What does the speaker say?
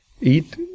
eat